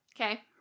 Okay